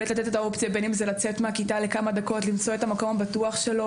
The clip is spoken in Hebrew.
בין אם זה לצאת מהכיתה לכמה דקות למצוא את המקום הבטוח שלו,